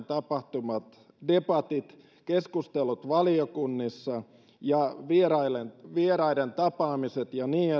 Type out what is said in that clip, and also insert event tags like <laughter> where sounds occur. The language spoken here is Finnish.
<unintelligible> tapahtuvat debatit keskustelut valiokunnissa ja vieraiden vieraiden tapaamiset ja <unintelligible>